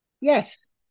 Yes